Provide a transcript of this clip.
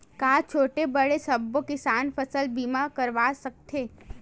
का छोटे बड़े सबो किसान फसल बीमा करवा सकथे?